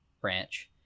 branch